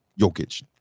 Jokic